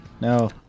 no